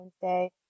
Wednesday